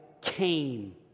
came